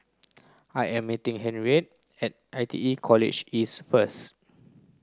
I am meeting Henriette at I T E College East first